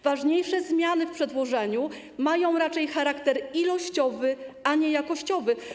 Ważniejsze zmiany w przedłożeniu mają raczej charakter ilościowy, a nie jakościowy.